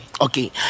Okay